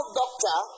doctor